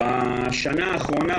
בשנה האחרונה,